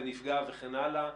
נפגע וכן הלאה,